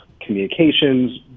communications